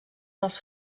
dels